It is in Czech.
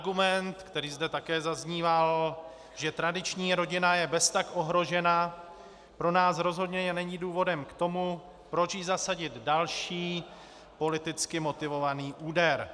Argument, který zde také zazníval, že tradiční rodina je beztak ohrožena, pro nás rozhodně není důvodem k tomu, proč jí zasadit další politicky motivovaný úder.